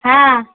হ্যাঁ